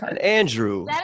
Andrew